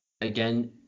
Again